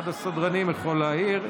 אחד הסדרנים יכול להעיר.